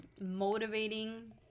motivating